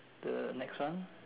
the next one